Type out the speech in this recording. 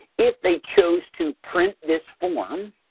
if they chose to print this form,